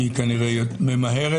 כי היא כנראה ממהרת.